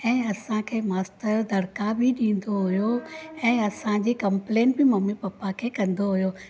ऐं असांखे मास्तर दड़िका बि ॾींदो हुओ ऐं असांजी कंपलेंट बि ममी पपा खे कंदो हुओ